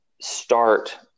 start